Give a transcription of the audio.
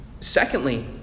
Secondly